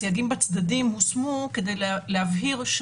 הסייגים בצדדים הושמו כדי להבהיר,